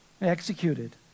executed